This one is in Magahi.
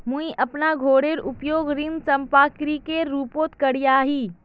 मुई अपना घोरेर उपयोग ऋण संपार्श्विकेर रुपोत करिया ही